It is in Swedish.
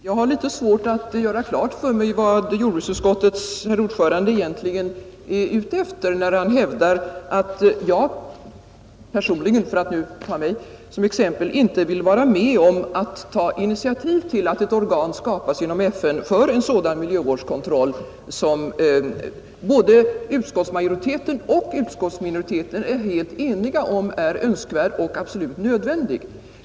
Herr talman! Jag har litet svårt att göra klart för mig vad jordbruksutskottets herr ordförande egentligen är ute efter när han hävdar att jag personligen — för att nu ta mig som exempel — inte vill vara med om att ta initiativ till att ett organ skapas genom FN för en sådan miljövårdskontroll som utskottsmajoriteten och utskottsminoriteten är helt eniga om är önskvärd och absolut nödvändig.